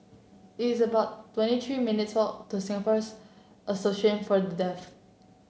it's about twenty three minutes' walk to Singapore's Association For The Deaf